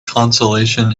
consolation